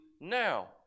now